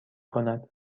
کند